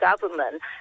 government